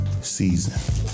season